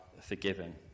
forgiven